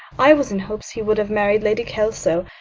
i was in hopes he would have married lady kelso.